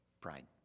pride